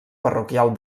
parroquial